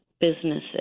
businesses